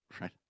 right